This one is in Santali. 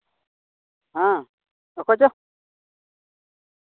ᱦᱮᱸ ᱚᱠᱚᱭ ᱪᱚ